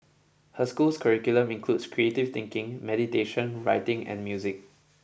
her school's curriculum includes creative thinking meditation writing and music